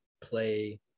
play